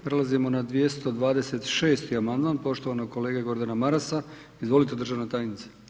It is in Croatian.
Prelazimo na 226. amandman poštovanog kolege Gordana Marasa, izvolite državna tajnice.